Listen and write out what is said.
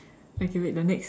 okay wait the next